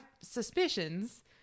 suspicions